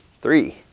three